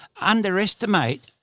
underestimate